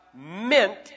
meant